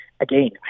Again